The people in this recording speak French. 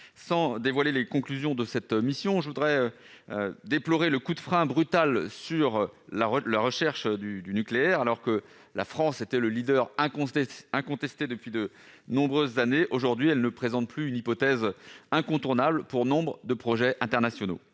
Sans dévoiler les conclusions de ce travail, je tiens à déplorer le coup de frein brutal infligé à la recherche nucléaire. En la matière, la France était le leader incontesté depuis de nombreuses années ; mais, aujourd'hui, elle ne représente plus une hypothèse incontournable pour nombre de projets internationaux.